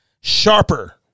Sharper